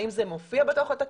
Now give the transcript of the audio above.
האם זה מופיע בתוך התקציב,